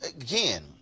again